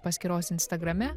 paskyros instagrame